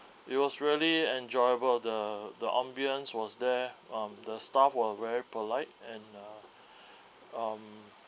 it was really enjoyable the the ambience was there um the staff were very polite and uh um